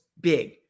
big